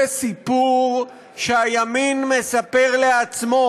זה סיפור שהימין מספר לעצמו.